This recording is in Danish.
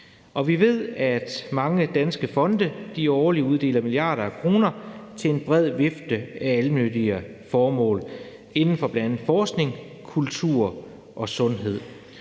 Vi ved, at mange danske fonde årligt uddeler milliarder af kroner til en bred vifte af almennyttige formål inden for bl.a. forskning, kultur og sundhed.